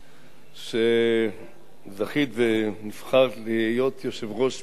שזכית ונבחרת להיות יושב-ראש מפלגת העבודה,